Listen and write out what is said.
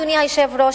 אדוני היושב-ראש,